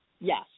Yes